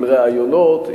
עם ראיונות,